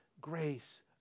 grace